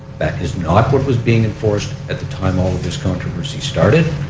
that is not what was being enforced at the time all this controversy started.